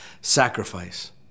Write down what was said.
sacrifice